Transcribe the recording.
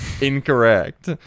incorrect